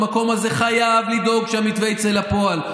במקום הזה חייב לדאוג שהמתווה יצא לפועל.